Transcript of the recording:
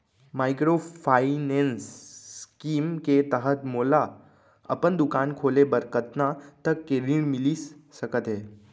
Microfinance scheme के तहत मोला अपन दुकान खोले बर कतना तक के ऋण मिलिस सकत हे?